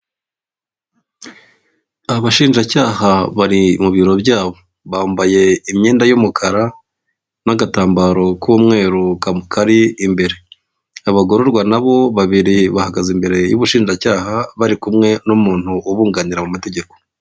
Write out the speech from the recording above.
Abashinjacyaha bari mu biro byabo, bambaye imyenda y'umukara n'agatambaro k'umweru kari imbere, abagororwa nabo babiri bahagaze imbere y'ubushinjacyaha bari kumwe n'umuntu ubunganira mu mategeko.